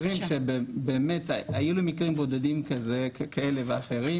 מקרים שבאמת היו לי מקרים בודדים כאלה ואחרים